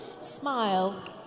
smile